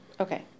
Okay